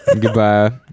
goodbye